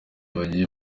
bajye